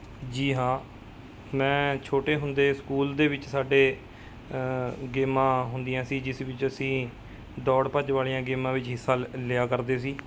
ਜੀ ਹਾਂ ਮੈਂ ਛੋਟੇ ਹੁੰਦੇ ਸਕੂਲ ਦੇ ਵਿੱਚ ਸਾਡੇ ਗੇਮਾਂ ਹੁੰਦੀਆਂ ਸੀ ਜਿਸ ਵਿੱਚ ਅਸੀਂ ਦੌੜ ਭੱਜ ਵਾਲੀਆਂ ਗੇਮਾਂ ਵਿੱਚ ਅਸੀਂ ਹਿੱਸਾ ਲ ਲਿਆ ਕਰਦੇ ਸੀ